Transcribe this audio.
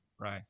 Right